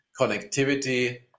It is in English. connectivity